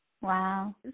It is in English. wow